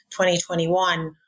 2021